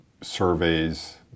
Surveys